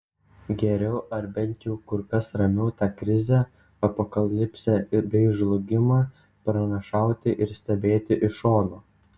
geriau ar bent jau kur kas ramiau tą krizę apokalipsę bei žlugimą pranašauti ir stebėti iš šono